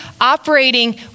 operating